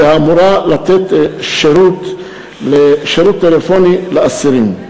והיא אמורה לתת שירות טלפוני לאסירים.